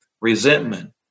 resentment